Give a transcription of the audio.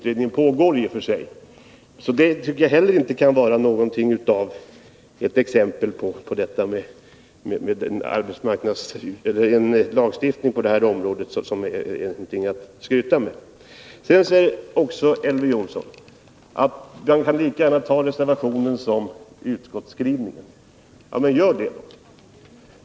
Den här utredningen tycker jag heller inte kan vara något att föra fram som exempel på att lagstiftningen på det här området är någonting att skryta med. Elver Jonsson säger också att man lika gärna kan rösta för reservationen som för utskottsskrivningen. Ja, gör det!